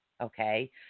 okay